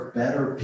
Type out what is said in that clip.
better